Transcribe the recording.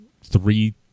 three